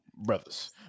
brothers